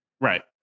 Right